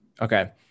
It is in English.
Okay